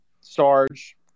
Sarge